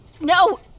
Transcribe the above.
No